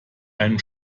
einem